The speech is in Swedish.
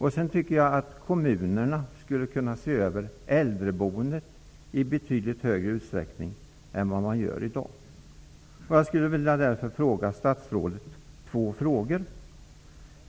Jag tycker också att kommunerna skulle kunna se över äldreboendet i betydligt större utsträckning än vad de gör i dag.